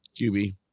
QB